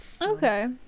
Okay